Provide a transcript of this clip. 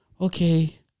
Okay